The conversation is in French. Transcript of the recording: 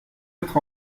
être